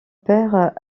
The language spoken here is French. père